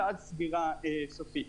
ואז סגירה סופית.